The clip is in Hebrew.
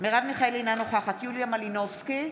מרב מיכאלי, אינה נוכחת יוליה מלינובסקי,